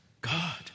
God